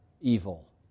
evil